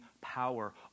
power